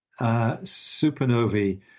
supernovae